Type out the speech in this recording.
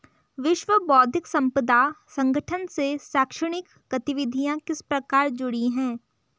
विश्व बौद्धिक संपदा संगठन से शैक्षणिक गतिविधियां किस प्रकार जुड़ी हैं?